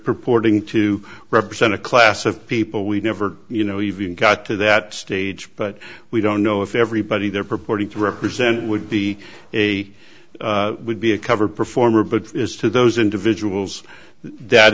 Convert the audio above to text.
purporting to represent a class of people we've never you know even got to that stage but we don't know if everybody there purporting to represent would be a would be a cover performer but as to those individuals that